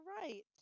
right